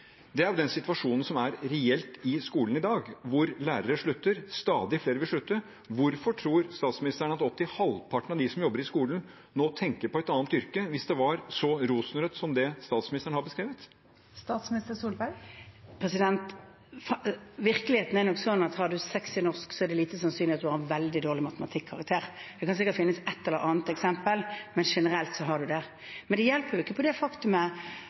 er den situasjonen som er reell i skolen i dag, hvor lærere slutter, og stadig flere vil slutte. Hvorfor tror statsministeren at opptil halvparten av dem som jobber i skolen, nå tenker på et annet yrke, hvis det er så rosenrødt som det statsministeren har beskrevet? Virkeligheten er nok sånn at har man 6 i norsk, er det lite sannsynlig at man har veldig dårlig matematikkarakter. Det kan sikkert finnes et eller annet eksempel, men generelt er det ikke sånn. Det hjelper ikke på det